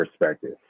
perspective